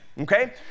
okay